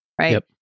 right